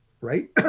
right